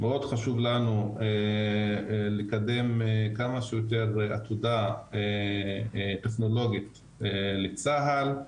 מאוד חשוב לנו לקדם כמה שיותר עתודה טכנולוגית לצה"ל,